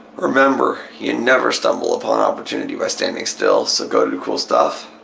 remember you never stumble upon opportunity by standing still so go do cool stuff.